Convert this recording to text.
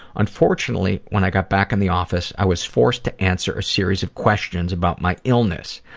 unfortunately, when i got back in the office, i was forced to answer a series of questions about my illness,